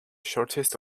shortest